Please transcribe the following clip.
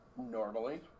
normally